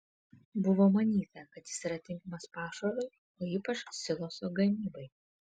buvo manyta kad jis yra tinkamas pašarui o ypač siloso gamybai